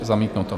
Zamítnuto.